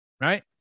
right